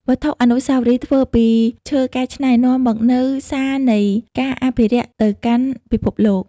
វត្ថុអនុស្សាវរីយ៍ធ្វើពីឈើកែច្នៃ នាំមកនូវសារនៃការអភិរក្សទៅកាន់ពិភពលោក។